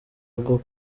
bwo